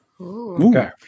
Okay